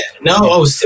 No